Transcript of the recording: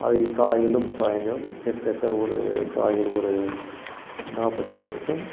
அதைக் காலையிலும் சாயந்தரமும் கிட்டத்தட்ட ஒரு காலையில் ஒரு நாப்பத்தஞ்சு நிமிடம்